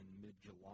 mid-July